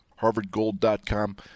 HarvardGold.com